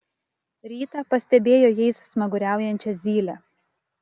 rytą pastebėjo jais smaguriaujančią zylę